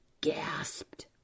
gasped